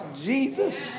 Jesus